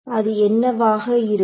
அது என்னவாக இருக்கும்